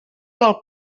del